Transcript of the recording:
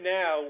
now